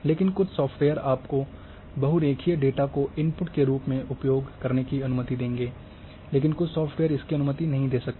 लेकिन कुछ सॉफ़्टवेयर आपको बहुरेखीय डेटा को इनपुट के रूप में उपयोग करने की अनुमति देंगे लेकिन कुछ सॉफ़्टवेयर इसकी अनुमति नहीं दे सकते